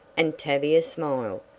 and tavia smiled.